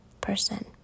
person